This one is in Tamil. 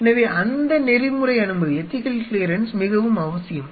எனவே அந்த நெறிமுறை அனுமதி மிகவும் அவசியம்